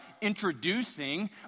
introducing